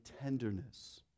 tenderness